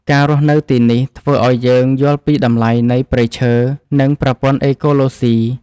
ការរស់នៅទីនេះធ្វើឱ្យយើងយល់ពីតម្លៃនៃព្រៃឈើ និងប្រព័ន្ធអេកូឡូស៊ី។